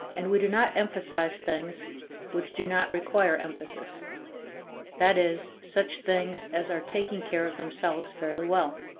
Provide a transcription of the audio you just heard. and we do not emphasize things which do not require emphasis that is, such things as are taking care of themselves fairly well.